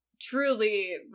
truly